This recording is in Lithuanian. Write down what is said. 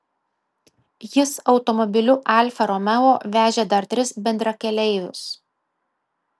jis automobiliu alfa romeo vežė dar tris bendrakeleivius